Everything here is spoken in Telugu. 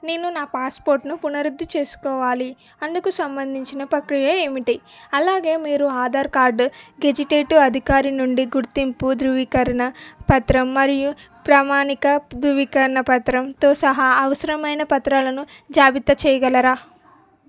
నేను నా పాస్పోర్టును పునరుద్ధిచేసుకోవాలి అందుకు సంబంధించిన ప్రక్రియ ఏమిటి అలాగే మీరు ఆధార్ కార్డ్ గెజిటేట్ అధికారి నుండి గుర్తింపు ధృవీకరణ పత్రం మరియు ప్రామాణిక ధృవీకరణ పత్రం తో సహా అవసరమైన పత్రాలను జాబితా చేయగలరా